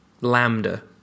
Lambda